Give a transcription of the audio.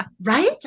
Right